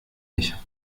ich